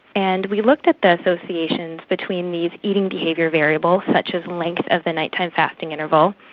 and we looked at the associations between these eating behaviour variables such as length of the night-time fasting interval,